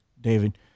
David